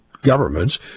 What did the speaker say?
governments